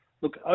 look